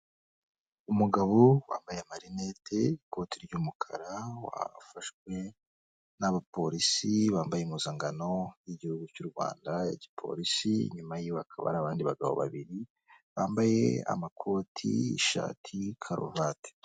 Umugabo wambaye amarinete, ikote ry'umukara wafashwe n'abapolisi bambaye impuzankano y'igihugu cy'u Rwanda ya Gipolisi, inyuma yiwe hakaba hari abandi bagabo babiri bambaye amakoti, ishati, karuvate.